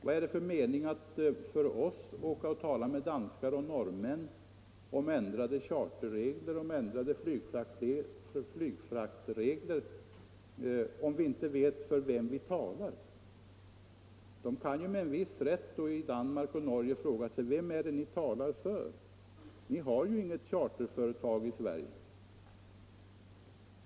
Vad är det för mening för oss att åka och tala med danskar och norrmän om ändrade charterregler, om ändrade flygfraktregler, när vi inte vet för vem vi talar? Med en viss rätt kan man i Danmark och Norge fråga sig: Vem är det ni talar för? Ni har ju inget charterföretag i Sverige.